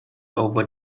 over